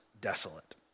desolate